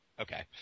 okay